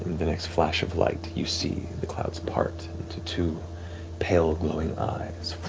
the next flash of light, you see the clouds part into two pale, glowing eyes